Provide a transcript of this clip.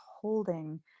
holding